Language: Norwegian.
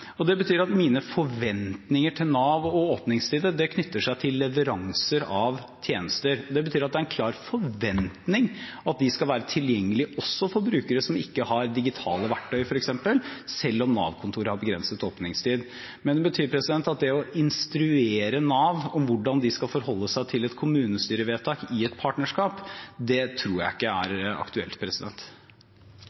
det. Det betyr at mine forventninger til Nav og åpningstider knytter seg til leveranser av tjenester, og det betyr at det er en klar forventning om at de skal være tilgjengelige også for brukere som ikke har digitale verktøy, f.eks., selv om Nav-kontoret har begrenset åpningstid. Men det å instruere Nav om hvordan de skal forholde seg til et kommunestyrevedtak i et partnerskap, det tror jeg ikke er